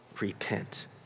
Repent